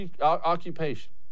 occupation